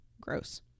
gross